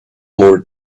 more